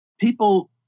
people